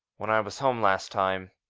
when i was home last time